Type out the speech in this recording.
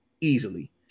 easily